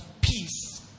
peace